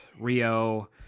Rio